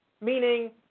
meaning